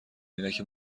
عینک